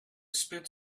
spit